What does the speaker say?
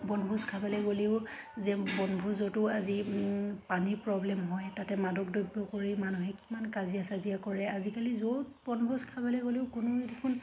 বনভোজ খাবলে গ'লেও যে বনভোজতো আজি পানীৰ প্ৰব্লেম হয় তাতে মাদক দ্ৰব্য কৰি মানুহে কিমান কাজিয়া চাজিয়া কৰে আজিকালি য'ত বনভোজ খাবলৈ গ'লেও কোনোৱে দেখোন